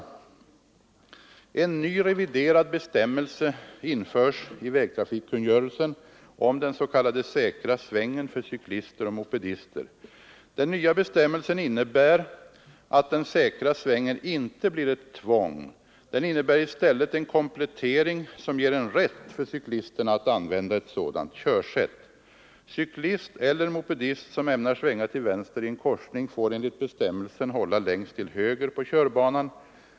En ny reviderad bestämmelse införs i vägtrafikkungörelsen om den s.k. säkra svängen för cyklister och mopedister. Den nya bestämmelsen innebär att den säkra svängen inte blir ett tvång. Den innebär i stället en komplettering som ger en rätt för cyklisterna att använda ett sådant körsätt. Cyklist eller mopedist som ämnar svänga till vänster i en korsning får enligt bestämmelsen hålla längst till höger på körbanan.